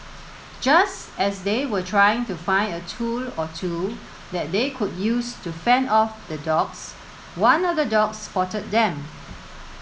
just as they were trying to find a tool or two that they could use to fend off the dogs one of the dogs spotted them